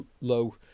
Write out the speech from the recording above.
low